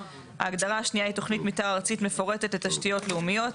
ההגדרה השנייה היא תכנית מתאר ארצית מפורטת לתשתיות לאומיות,